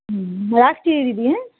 হুম রাখছি দিদি হ্যাঁ